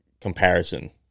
comparison